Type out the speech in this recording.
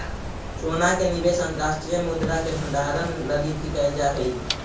सोना के निवेश अंतर्राष्ट्रीय मुद्रा के भंडारण लगी भी कैल जा हई